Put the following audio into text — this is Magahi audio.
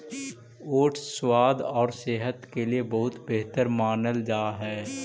ओट्स स्वाद और सेहत के लिए बहुत बेहतर मानल जा हई